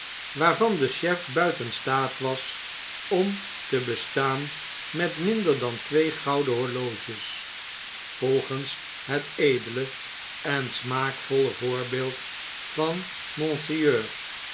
waarvan de chef buiten staat was om te bestaan met minder dan twee gouden horloges volgens het edele en smaakvolle voorbeeld van monseigneur